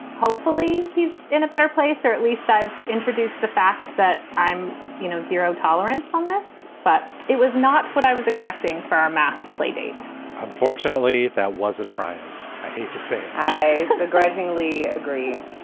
hopefully he's in a better place, or at least i've introduced the fact that i'm, you know, zero tolerance on this. but it was not what i was expecting for our math play date unfortunately, that was a triumph i hate to say i begrudgingly agree